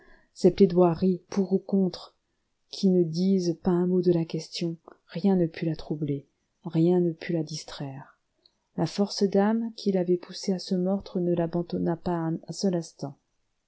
ces plaidoiries pour et contre qui ne disent pas un mot de la question rien ne put la troubler rien ne put la distraire la force d'âme qui l'avait poussée à ce meurtre ne l'abandonna pas un seul instant